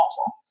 awful